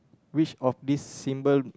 which of this symbol